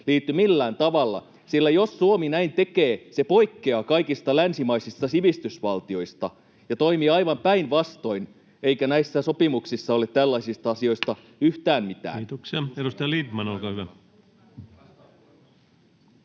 liity millään tavalla, sillä jos Suomi näin tekee, se poikkeaa kaikista länsimaisista sivistysvaltioista ja toimii aivan päinvastoin, eikä näissä sopimuksissa ole tällaisista asioista yhtään mitään. Kiitoksia. — Edustaja Lindtman, olkaa hyvä.